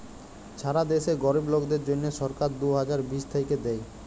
ছারা দ্যাশে গরীব লোকদের জ্যনহে সরকার দু হাজার বিশ থ্যাইকে দেই